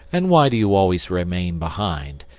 and why do you always remain behind?